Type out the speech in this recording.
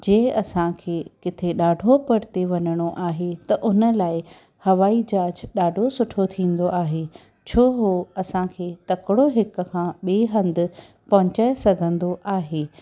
जे असांखे किथे ॾाढो परिते वञीणो आहे त उन लाइ हवाई जहाज ॾाढो सुठो थींदो आहे छो उहो असांखे तकिड़ो हिक खां ॿिए हंधि पहुचाए सघंदो आहे